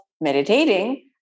meditating